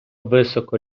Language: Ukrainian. високо